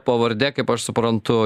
pavardė kaip aš suprantu